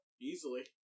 easily